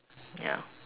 ya